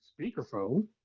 speakerphone